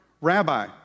rabbi